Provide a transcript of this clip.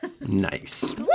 nice